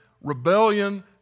rebellion